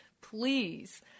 please